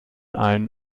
einen